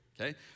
Okay